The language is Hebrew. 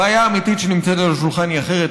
הבעיה האמיתית שנמצאת על השולחן היא אחרת,